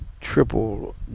triple